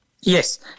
yes